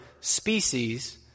species